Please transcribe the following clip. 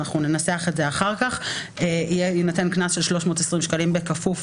אנחנו ננסח את זה אחר כך; יינתן קנס של 320 ש"ח בכפוף